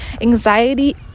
anxiety